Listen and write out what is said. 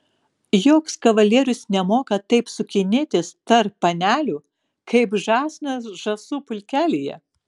joks kavalierius nemoka taip sukinėtis tarp panelių kaip žąsinas žąsų pulkelyje